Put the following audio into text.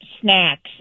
snacks